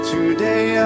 Today